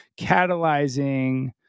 catalyzing